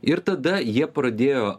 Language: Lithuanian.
ir tada jie pradėjo